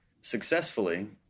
successfully